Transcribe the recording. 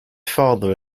father